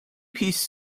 piece